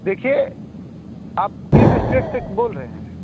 देखिये आप किस स्टेट से बोल रहे हैं